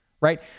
right